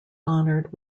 honoured